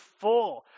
full